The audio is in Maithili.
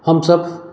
हमसभ